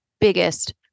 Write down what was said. biggest